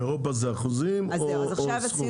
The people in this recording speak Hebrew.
באירופה זה אחוזים או סכום?